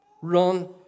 Run